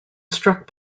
struck